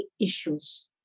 issues